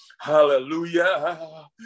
Hallelujah